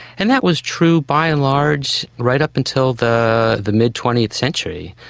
and that was true by and large right up until the the mid twentieth century.